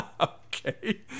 Okay